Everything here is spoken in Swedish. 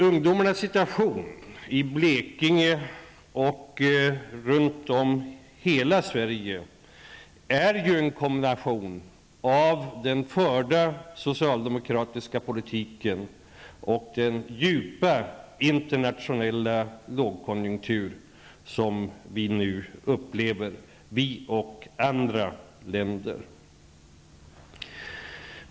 Ungdomarnas situation i Blekinge och runt om i hela Sverige är ett resultat av den förda socialdemokratiska politiken och den djupa internationella lågkonjunktur som vi och andra länder upplever.